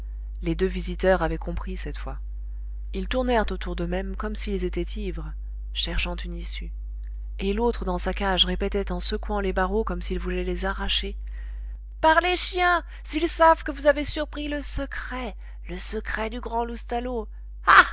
les deux visiteurs avaient compris cette fois ils tournèrent autour d'eux-mêmes comme s'ils étaient ivres cherchant une issue et l'autre dans sa cage répétait en secouant les barreaux comme s'il voulait les arracher par les chiens s'ils savent que vous avez surpris le secret le secret du grand